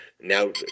Now